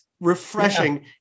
refreshing